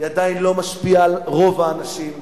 היא עדיין לא משפיעה על רוב האנשים,